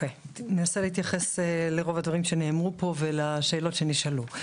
אנסה להתייחס לרוב הדברים שנאמרו פה ולשאלות שנשאלו.